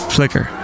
Flicker